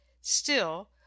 still